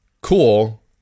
cool